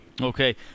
Okay